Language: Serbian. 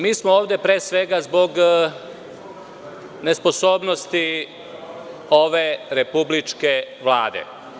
Mi smo ovde, pre svega, zbog nesposobnosti ove republičke Vlade.